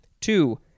Two